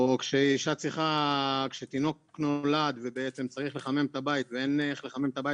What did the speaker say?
או כשתינוק נולד ובעצם צריך לחמם את הבית ואין איך לחמם את הבית